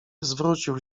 zwrócił